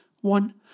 One